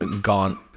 gone